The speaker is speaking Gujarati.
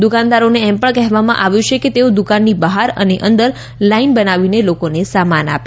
દુકાનદારોને એમ પણ કહેવામાં આવ્યું છે કે તેઓ દુકાનની બહાર અને અંદર લાઇન બનાવીને લોકોને સામાન આપે